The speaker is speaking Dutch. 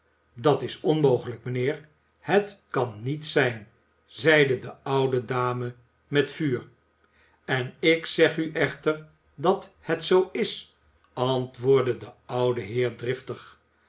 dat is onmogelijk mijnheer het kan niet zijn zeide de oude dame met vuur en ik zeg u echter dat het zoo is antwoordde de oude heer driftig